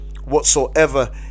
whatsoever